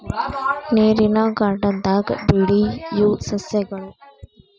ನೇರಿನ ಗಾರ್ಡನ್ ದಾಗ ಬೆಳಿಯು ಸಸ್ಯಗಳು